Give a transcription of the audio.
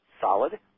solid